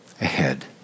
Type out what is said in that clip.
ahead